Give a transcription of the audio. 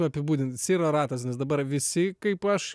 apibūdint syro ratas nes dabar visi kaip aš